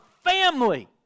family